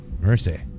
Mercy